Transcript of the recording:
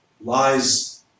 lies